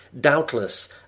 doubtless